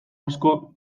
asko